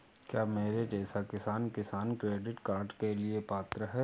क्या मेरे जैसा किसान किसान क्रेडिट कार्ड के लिए पात्र है?